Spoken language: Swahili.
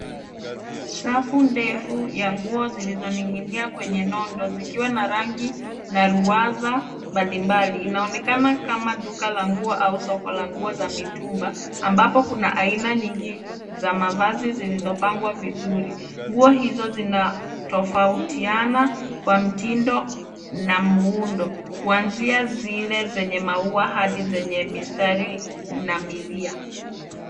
Safu ndefu ya nguo zilizoning'inia kwenye nondo zikiwa na rangi na ruwaza mbalimbali. Inaonekana kama duka la nguo au soko la nguo za mitumba ambapo kuna aina nyingi za mavazi zilizopangwa vizuri. Nguo hizo zinatofautiana kwa mtindo na muundo kuanzia zile zenye maua hadi zenye mistari na milia.